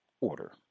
order